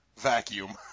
vacuum